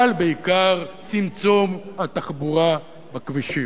אבל בעיקר צמצום התחבורה בכבישים.